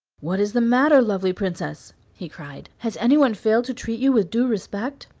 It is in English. what is the matter, lovely princess? he cried. has anyone failed to treat you with due respect?